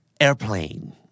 Airplane